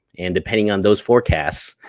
and depending on those forecasts,